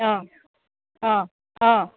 অঁ অঁ অঁ